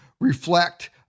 reflect